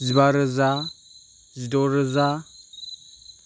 जिबा रोजा जिद' रोजा